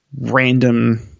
random